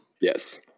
Yes